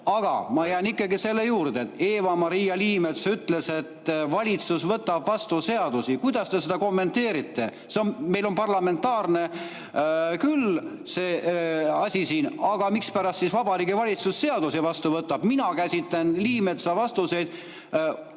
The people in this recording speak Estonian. Aga ma jään ikkagi selle juurde, et Eva-Maria Liimets ütles, et valitsus võtab vastu seadusi. Kuidas te seda kommenteerite? Meil on parlamentaarne küll see asi siin. Aga mispärast siis Vabariigi Valitsus seadusi vastu võtab? Mina käsitlen Liimetsa vastuseid